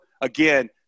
again